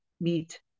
meet